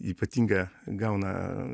ypatingą gauna